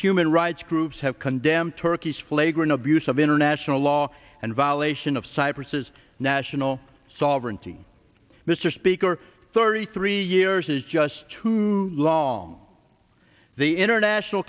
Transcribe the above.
rights groups have condemned turkey's flagrant abuse of international law and violation of cypresses national sovereignty mr speaker thirty three years is just too long the international